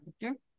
character